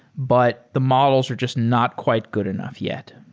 but the models are just not quite good enough yet?